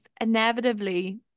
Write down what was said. inevitably